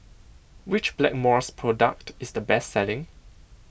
which Blackmores product is the best selling